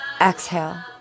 exhale